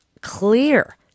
clear